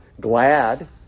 glad